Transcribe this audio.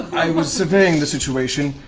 i was surveying the situation.